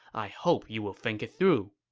i hope you will think it through.